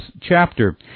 chapter